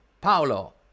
Paolo